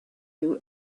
you